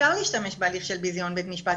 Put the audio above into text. אפשר להשתמש בהליך של ביזיון בית משפט,